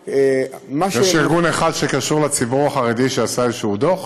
יש ארגון אחד שקשור לציבור החרדי שעשה איזשהו דוח?